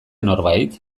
norbait